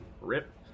rip